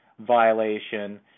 violation